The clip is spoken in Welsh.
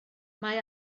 mae